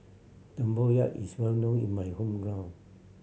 tempoyak is well known in my hometown